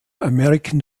american